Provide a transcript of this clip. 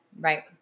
right